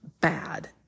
bad